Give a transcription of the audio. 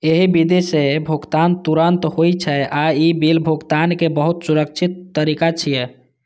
एहि विधि सं भुगतान तुरंत होइ छै आ ई बिल भुगतानक बहुत सुरक्षित तरीका छियै